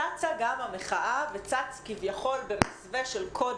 צצה גם המחאה וכביכול במסווה של קוד